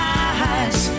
eyes